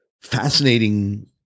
fascinating